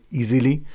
easily